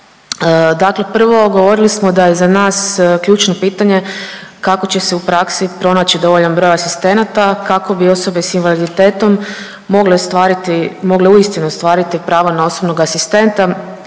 Dakle prvo govorili smo da je za nas ključno pitanje kako će se u praksi pronaći dovoljan broj asistenata kako bi osobe s invaliditetom mogle ostvariti, mogle uistinu ostvariti prava na osobnog asistenta